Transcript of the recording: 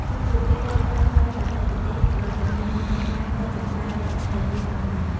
ហើយពួកគេបានប្រើប្រាស់បច្ចេកទេសដ៏ជំនាញក្នុងការធ្វើចង្ក្រានដីឥដ្ឋទាំងនេះផងដែរ។